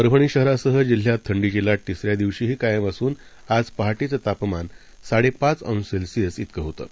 परभणी शहरासह जिल्ह्यात थंडीची लाट तिसऱ्या दिवशीही कायम असून आज पहाटेचं तापमान साडेपाच अंश सेल्सिअस तिकं होतं